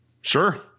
Sure